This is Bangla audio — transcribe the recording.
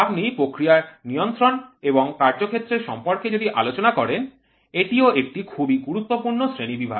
আপনি প্রক্রিয়ার নিয়ন্ত্রণ এবং কার্য ক্ষেত্রের সম্পর্কে যদি আলোচনা করেন এটিও একটি খুবই গুরুত্বপূর্ণ শ্রেণিবিভাগ